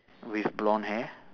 with blonde hair